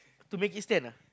to make it stand ah